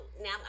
now